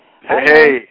Hey